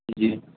جی